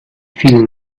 vielen